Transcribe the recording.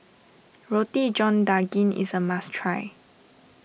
Roti John Daging is a must try